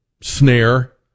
snare